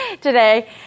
today